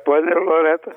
ponia loreta